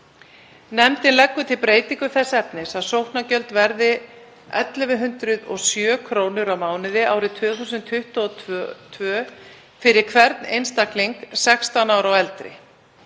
hlutinn leggur til breytingu þess efnis að sóknargjöld verði 1.107 kr. á mánuði árið 2022 fyrir hvern einstakling 16 ára og eldri.